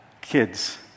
kids